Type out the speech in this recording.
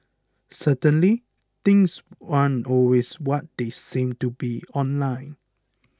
certainly things aren't always what they seem to be online